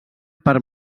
per